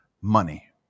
money